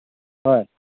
ꯍꯣꯏ